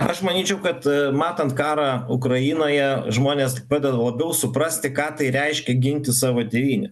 aš manyčiau kad matant karą ukrainoje žmonės padeda labiau suprasti ką tai reiškia ginti savo tėvynę